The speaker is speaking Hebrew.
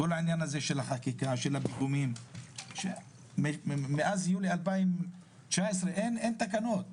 כל עניין החקיקה, מאז יולי 2019 אין תקנות.